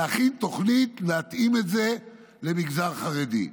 להכין תוכנית, להתאים את זה למגזר החרדי.